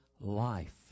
life